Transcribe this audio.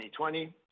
2020